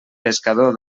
pescador